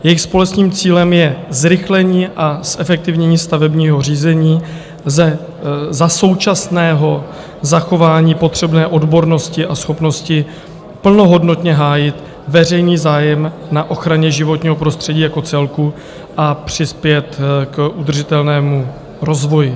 Jejich společným cílem je zrychlení a zefektivnění stavebního řízení za současného zachování potřebné odbornosti a schopnosti plnohodnotně hájit veřejný zájem na ochraně životního prostředí jako celku a přispět k udržitelnému rozvoji.